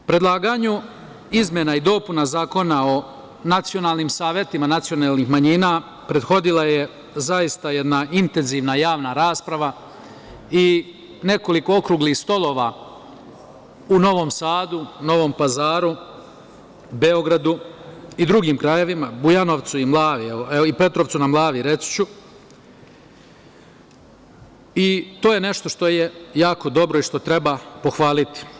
Predlaganju izmena i dopuna Zakona o nacionalnim savetima nacionalnih manjina prethodila je zaista jedna intenzivna javna rasprava i nekoliko okruglih stolova u Novom Sadu, Novom Pazaru, Beogradu, Petrovcu na Mlavi, to je nešto što je jako dobro i što treba pohvaliti.